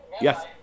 yes